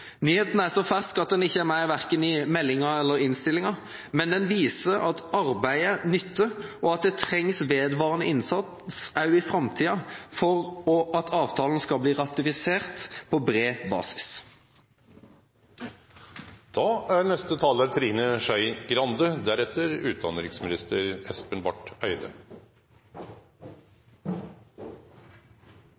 Nyheten er så fersk at den ikke er med i verken meldingen eller innstillingen. Men den viser at arbeidet nytter, og at det trengs vedvarende innsats også i framtiden for at avtalen skal bli ratifisert på bred basis. En utenlandsk kommentator skrev i en kommentar om Norge da